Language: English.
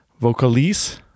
Vocalise